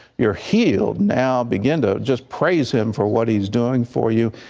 you are healed now, begin to just praise him for what he is doing for you,